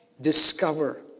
discover